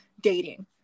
dating